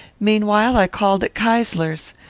meanwhile, i called at keysler's.